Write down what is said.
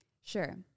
Sure